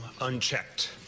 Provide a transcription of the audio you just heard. unchecked